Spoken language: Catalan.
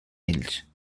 ells